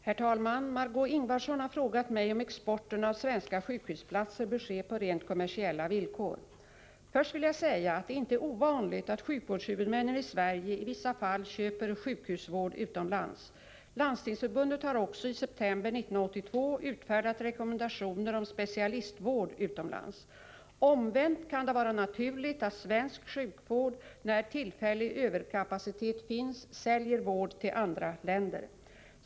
Herr talman! Först vill jag säga att det inte är ovanligt att sjukvårdshuvudmännen i Sverige i vissa fall köper sjukhusvård utomlands. Landstingsförbundet har också i september 1982 utfärdat rekommendationer om specialistvård utomlands. Omvänt kan det vara naturligt att svensk sjukvård, när tillfällig överkapacitet finns, säljer vård till andra länder.